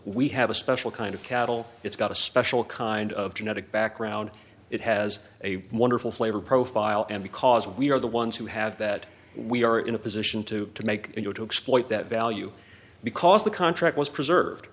we have a special kind of cattle it's got a special kind of genetic background it has a wonderful flavor profile and because we are the ones who have that we are in a position to to make you know to exploit that value because the contract was preserved